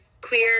clear